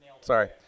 Sorry